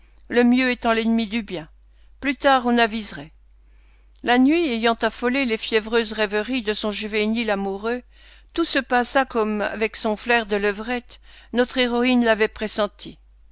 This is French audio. le mieux étant l'ennemi du bien plus tard on aviserait la nuit ayant affolé les fiévreuses rêveries de son juvénile amoureux tout se passa comme avec son flair de levrette notre héroïne l'avait pressenti